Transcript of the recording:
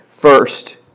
First